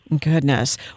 Goodness